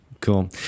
Cool